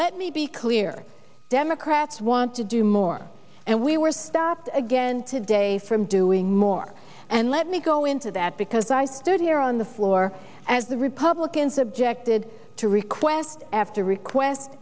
let me be clear democrats want to do more and we were stopped again today from doing more and let me go into that because i third here on the floor as the republicans objected to request after request